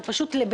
זה פשוט,